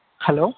hello